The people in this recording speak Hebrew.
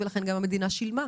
ולכן המדינה גם שילמה.